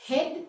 Head